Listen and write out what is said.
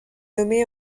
nommée